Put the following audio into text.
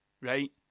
right